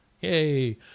Yay